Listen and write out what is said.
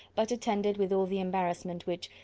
but attended with all the embarrassment which,